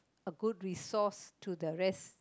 a good resource to the rest